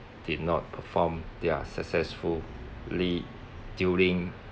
did not perform their successfully during